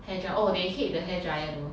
hair dry oh they hate the hair dryer though